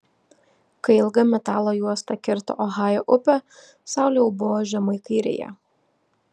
kai ilga metalo juosta kirto ohajo upę saulė jau buvo žemai kairėje